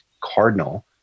Cardinal